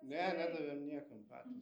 ne nedavėm niekam patys